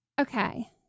Okay